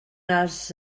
els